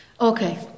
Okay